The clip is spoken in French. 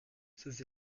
ces